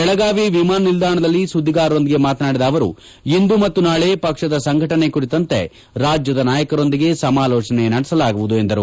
ಬೆಳಗಾವಿ ವಿಮಾನ ನಿಲ್ದಾಣದಲ್ಲಿ ಸುದ್ದಿಗಾರರೊಂದಿಗೆ ಮಾತನಾಡಿದ ಅವರು ಇಂದು ಮತ್ತು ನಾಳೆ ಪಕ್ಷದ ಸಂಘಟನೆ ಕುರಿತಂತೆ ರಾಜ್ಯದ ನಾಯಕರೊಂದಿಗೆ ಸಮಾಲೋಜನೆ ನಡೆಸಲಾಗುವುದು ಎಂದರು